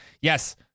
yes